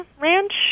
ranch